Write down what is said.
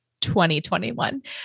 2021